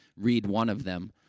read one of them,